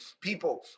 people